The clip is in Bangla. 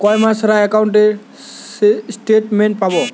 কয় মাস ছাড়া একাউন্টে স্টেটমেন্ট পাব?